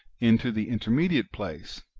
into the inter mediate place,